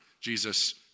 Jesus